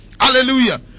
hallelujah